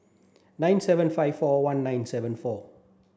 nine seven five four one nine seven four